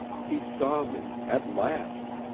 he saw me at last,